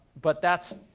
but that's